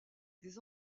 des